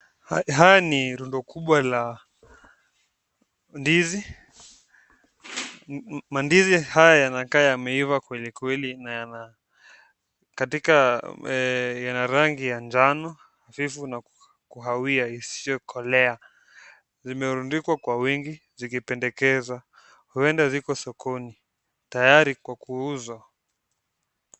Haya ni rundo kubwa la ndizi. Mandizi haya yanakaa yameiva kweli kweli na yana rangi ya njano hafifu na kahawia isiyokolea. Zimerundikwa kwa wingi zikipendekeza huenda ziko sokoni tayari kwa kuuzwa.